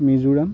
Mizoram